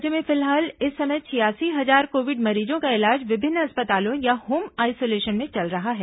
राज्य में फिलहाल इस समय छियासी हजार कोविड मरीजों का इलाज विभिन्न अस्पतालों या होम आइसोलेशन में चल रहा है